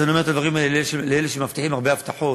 אז אני אומר את הדברים האלה לאלה שמבטיחים הרבה הבטחות,